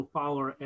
power